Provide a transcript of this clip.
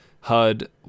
HUD